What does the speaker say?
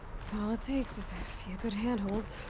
all it takes is a few good handholds.